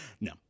No